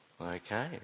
Okay